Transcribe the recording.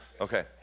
Okay